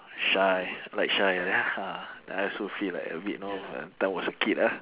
shy like shy like that ah then I also feel like a bit you know that was a kid ah